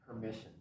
permission